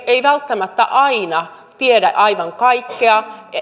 eivät välttämättä aina tiedä aivan kaikkea